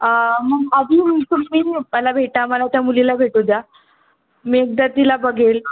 मग अजून मला भेटा मला त्या मुलीला भेटू द्या मी एकदा तिला बघेल